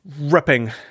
Ripping